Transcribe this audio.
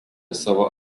savo